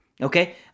Okay